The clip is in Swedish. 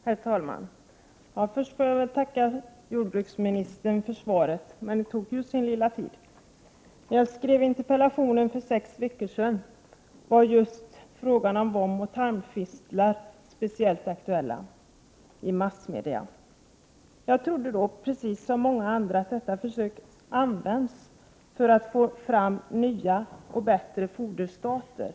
Herr talman! Först vill jag tacka jordbruksministern för svaret, även om det tog sin lilla tid. Interpellationen framställdes för sex veckor sedan, då frågan om tarmoch vomfistlar var särskilt aktuell i massmedia. Jag — precis som många andra — trodde att dessa försök används i syfte att få fram nya och bättre foderstater.